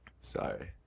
Sorry